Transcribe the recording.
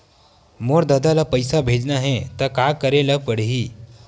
मोर ददा ल पईसा भेजना हे त का करे ल पड़हि?